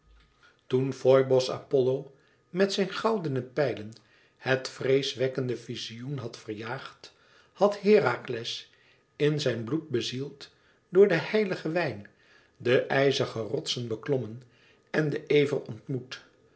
toen foibos apollo met zijn goudene pijlen het vreeswekkende vizioen had verjaagd had herakles in zijn bloed bezield door den heiligen wijn de ijzige rotsen beklommen en den ever ontmoet